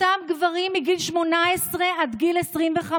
דווקא אותם גברים, מגיל 18 עד גיל 25,